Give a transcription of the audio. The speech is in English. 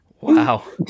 Wow